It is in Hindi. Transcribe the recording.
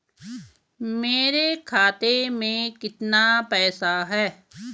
मेरे खाते में कितना पैसा है?